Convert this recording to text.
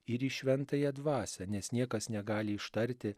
ir į šventąją dvasią nes niekas negali ištarti